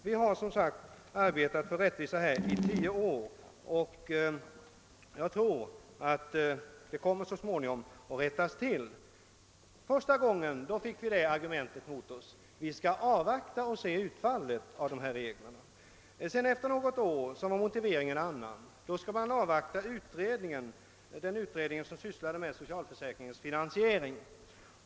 Vi har som sagt arbetat för rättvisa i denna fråga i tio år, och jag tror att den så småningom kommer att rättas till. Första gången möttes vi av det argumentet att man skulle avvakta och se utfallet av reglernas tillämpning. Ett år senare var motiveringen en annan. Då skulle vi avvakta den utredning som sysslade med frågan om socialförsäkringens finansiering.